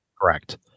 correct